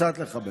קצת לכבד.